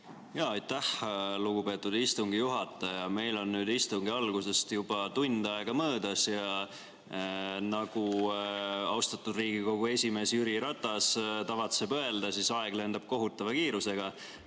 Aitäh, lugupeetud istungi juhataja! Meil on nüüd istungi algusest juba tund aega möödas ja nagu austatud Riigikogu esimees Jüri Ratas tavatseb öelda, aeg lendab kohutava kiirusega.